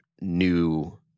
new